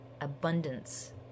abundance